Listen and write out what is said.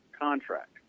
contract